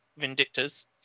vindictors